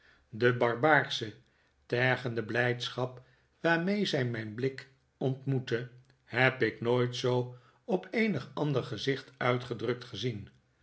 de barbaarsche tergende blijdschap waarmee zij mijn blik ontmoette heb ik nooit zoo op eenig ander gezicht uitgedrukt gezien